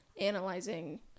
analyzing